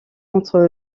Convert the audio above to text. entre